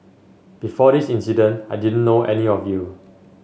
before this incident I didn't know any of you